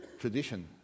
Tradition